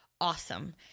awesome